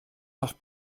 noch